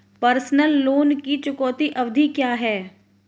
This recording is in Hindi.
पर्सनल लोन की चुकौती अवधि क्या है?